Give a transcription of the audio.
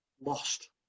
lost